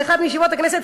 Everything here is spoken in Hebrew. באחת מישיבות הכנסת,